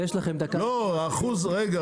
רגע,